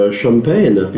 champagne